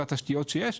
זה התשתיות שיש,